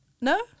No